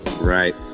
right